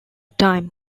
time